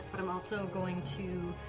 i'm also going to